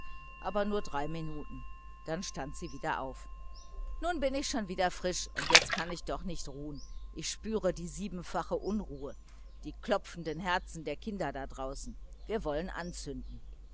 aber nur drei minuten dann stand sie wieder auf nun bin ich schon wieder frisch und ich kann jetzt doch nicht ruhen ich spüre die siebenfache unruhe die klopfenden herzen der kinder da draußen wir wollen anzünden